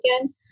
again